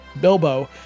Bilbo